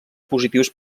positius